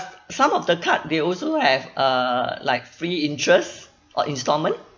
some of the card they also have uh like free interest or installment